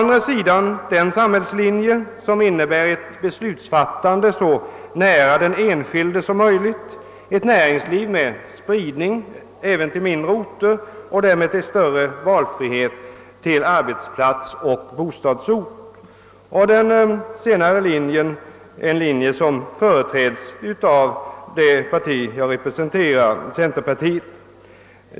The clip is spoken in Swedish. Dels finns den linje som förordar ett beslutsfattande så nära den enskilde som möjligt, ett näringsliv med spridning även till mindre orter och därmed större valfrihet när det gäller arbetsplats och bostadsort. Den senare linjen företräds av det parti jag representerar, centerpartiet.